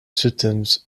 symptoms